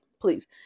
Please